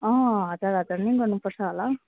अँ हजार हजार नै गर्नु पर्छ होला हौ